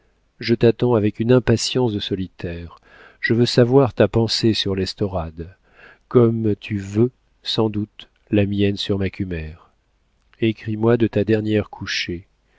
monde je t'attends avec une impatience de solitaire je veux savoir ta pensée sur l'estorade comme tu veux sans doute la mienne sur macumer écris-moi de ta dernière couchée